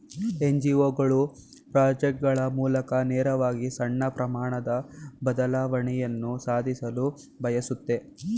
NGO ಗಳು project ಗಳ ಮೂಲಕ ನೇರವಾಗಿ ಸಣ್ಣ ಪ್ರಮಾಣದ ಬದಲಾವಣೆಯನ್ನು ಸಾಧಿಸಲು ಬಯಸುತ್ತೆ